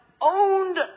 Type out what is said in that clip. owned